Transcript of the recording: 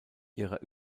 ihrer